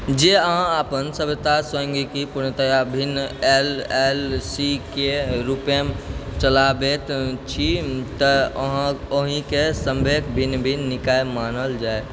जे अहाँ अपन सभ्यता स्वयंगिकी पूर्णतया भिन्न एल एल सीके रूपमे चलाबैत छी तऽ ओहिके समवेत भिन्न भिन्न निकाय मानल जैत